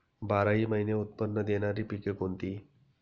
बाराही महिने उत्त्पन्न देणारी पिके कोणती?